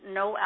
no